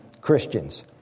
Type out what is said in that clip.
Christians